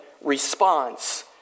response